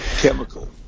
chemical